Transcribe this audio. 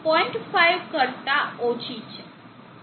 5 કરતાં ઓછી છે